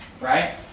right